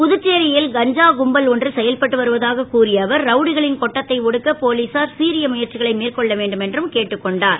புதுச்சேரியில் கஞ்சா கும்பல் ஒன்று செயல்பட்டு வருவதாக கூறிய அவர் ரவுடிகளின் கொட்டத்தை ஒடுக்க போலீசார் சிரிய முயற்சிகளை மேற்கொள்ள வேண்டும் என்று கேட்டுக் கொண்டார்